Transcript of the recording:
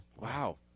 Wow